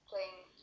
playing